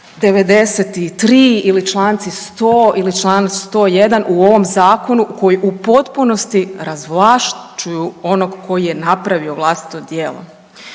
93. ili članci 100. ili članak 101. u ovom zakonu koji u potpunosti razvlašćuju onog koji je napravio vlastito djelo.